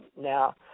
Now